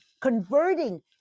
converting